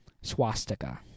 swastika